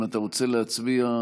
אם אתה רוצה להצביע,